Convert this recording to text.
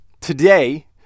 Today